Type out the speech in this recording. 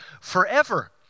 forever